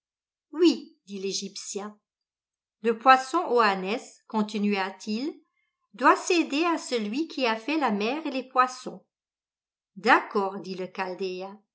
oui dit l'egyptien le poisson oannès continua-t-il doit céder à celui qui a fait la mer et les poissons d'accord dit le